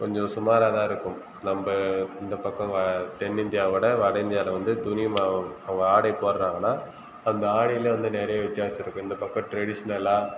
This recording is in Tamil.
கொஞ்சம் சுமாராக தான் இருக்கும் நம்ம இந்த பக்கம் வ தென்னிந்தியாவோடய வட இந்தியாவில் வந்து துணி ம அவங்க ஆடை போட்டுறாங்கன்னா அந்த ஆடையிலே வந்து நிறைய வித்தியாசம் இருக்குது இந்த பக்கம் ட்ரெடிஷ்னலாக